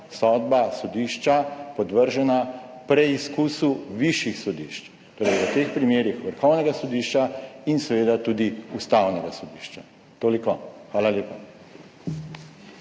sodba sodišča podvržena preizkusu višjih sodišč. V teh primerih Vrhovnega sodišča in seveda tudi Ustavnega sodišča. Toliko. Hvala lepa.